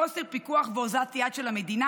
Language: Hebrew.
חוסר פיקוח ואוזלת יד של המדינה.